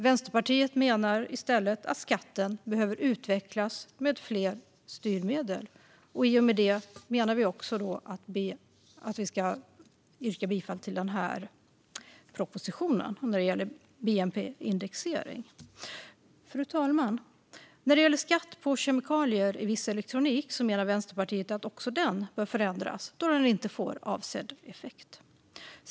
Vänsterpartiet menar i stället att skatten behöver utvecklas med fler styrmedel. I och med det yrkar jag bifall till propositionen när det gäller bnp-indexering. Fru talman! När det gäller skatten på kemikalier i viss elektronik menar Vänsterpartiet att även den bör förändras då den inte får avsedd effekt.